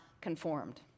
conformed